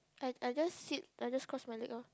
I I just sit I just cross my leg loh